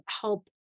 help